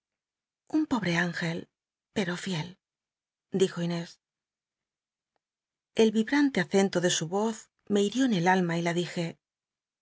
un pobre ingcl pero fiel dijo inés m rilwante acento de su yoz me hirió en el alma y la dije